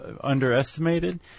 underestimated